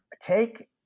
take